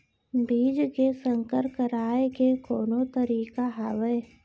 बीज के संकर कराय के कोनो तरीका हावय?